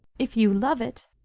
if you love it,